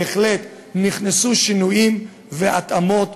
בהחלט נכנסו שינויים והתאמות,